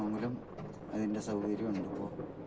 അവിടെ പോകണമെങ്കിലും അതിൻ്റെ സൗകര്യം ഉണ്ട് ഇപ്പോൾ